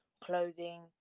clothing